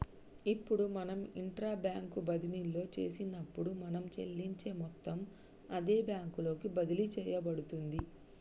ఇప్పుడు మనం intra bank బదిన్లో చేసినప్పుడు మనం చెల్లించే మొత్తం అదే బ్యాంకు లోకి బదిలి సేయబడుతుంది